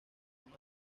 unos